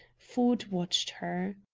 ford watched her.